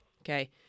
Okay